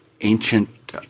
ancient